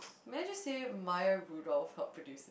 may I just say Maya-Rudolph help produce